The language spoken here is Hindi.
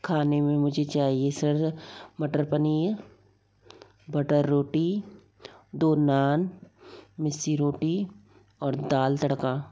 खाने में मुझे चाहिए सर मटर पनीर बटर रोटी दो नान मिस्सी रोटी और दाल तड़का